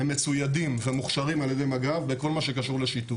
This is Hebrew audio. הם מצוידים ומוכשרים על ידי מג"ב בכל מה שקשור לשיטור.